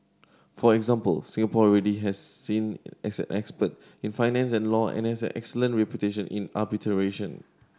for example Singapore already has seen as an expert in finance and law and has an excellent reputation in arbitration